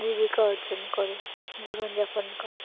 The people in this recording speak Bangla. জীবিকা অর্জন করে জীবনযাপন করে